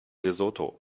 lesotho